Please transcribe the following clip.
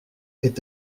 est